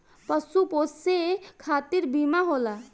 पशु पोसे खतिर बीमा होला